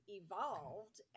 evolved